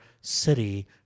city